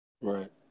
Right